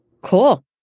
Cool